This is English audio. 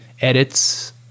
edits